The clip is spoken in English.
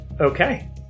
Okay